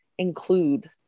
include